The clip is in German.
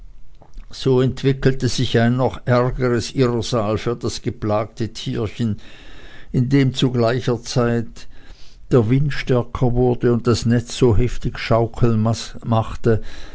so entwickelte sich ein noch ärgeres irrsal für das geplagte tierchen indem zu gleicher zeit der wind stärker wurde und das netz so heftig schaukeln machte